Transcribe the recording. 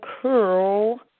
curl